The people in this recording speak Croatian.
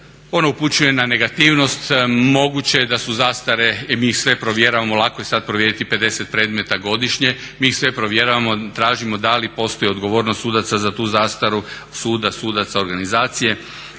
ona upućuje na negativnost moguće je da su zastare, jer mi ih sve provjeravamo, lako je sad provjeriti 50 predmeta godišnje, mi ih sve provjeravamo, tražimo da li postoji odgovornost sudaca za tu zastaru, suda, sudaca, organizacije